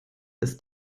ist